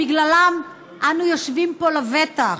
אלה שבגללם אנו יושבים פה לבטח,